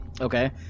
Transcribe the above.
Okay